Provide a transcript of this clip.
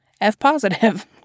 F-positive